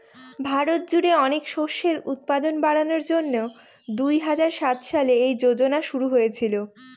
ভারত জুড়ে অনেক শস্যের উৎপাদন বাড়ানোর জন্যে দুই হাজার সাত সালে এই যোজনা শুরু হয়েছিল